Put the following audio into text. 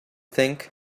think